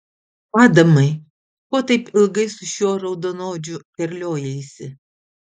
adamai ko taip ilgai su šiuo raudonodžiu terliojaisi